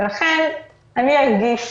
לכן אני ארגיש